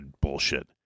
bullshit